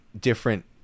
different